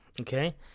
okay